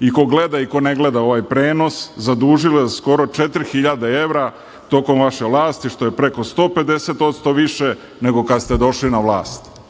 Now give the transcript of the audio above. i ko gleda i ko ne gleda ovaj prenos zadužili skoro četiri hiljade evra tokom vaše vlasti, što je preko 150% više nego kada ste došli na vlast?